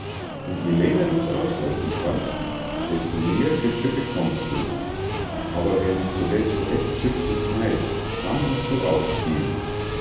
und je länger du's aushalten kannst desto mehr fische bekommst du aber wenn's zuletzt recht tüchtig kneift dann musst du aufziehen